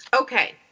okay